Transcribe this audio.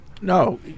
No